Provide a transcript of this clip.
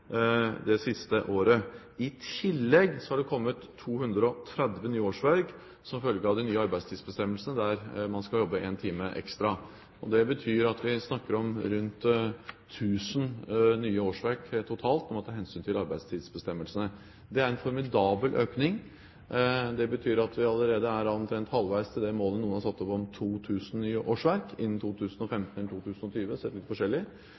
det siste året. I tillegg har det kommet 230 nye årsverk som følge av de nye arbeidstidsbestemmelsene om at man skal jobbe én time ekstra. Det betyr at vi snakker om rundt 1 000 nye årsverk totalt – når man tar hensyn til arbeidstidsbestemmelsene. Det er en formidabel økning. Det betyr at vi allerede er omtrent halvveis til det målet noen har satt opp om 2 000 nye årsverk innen 2015 eller 2020, sett litt forskjellig.